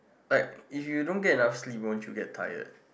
like if you don't get enough sleep won't you get tired